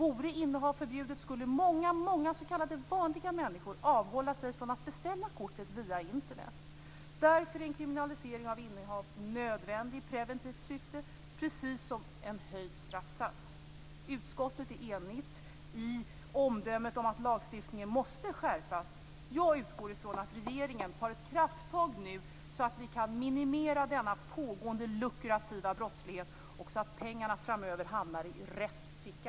Vore innehav förbjudet skulle många s.k. vanliga människor avhålla sig från att beställa kortet från Därför är en kriminalisering av innehav nödvändig i preventivt syfte, precis som en höjd straffsats. Utskottet är enigt i omdömet att lagstiftningen måste skärpas. Jag utgår ifrån att regeringen nu tar ett krafttag för att vi skall kunna minimera denna pågående lukrativa brottslighet så att pengarna framöver hamnar i rätt ficka.